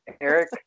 Eric